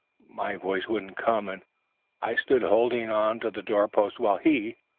my voice wouldn't come, and i stood holding on to the doorpost, while he,